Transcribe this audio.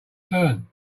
turn